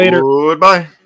Goodbye